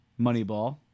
Moneyball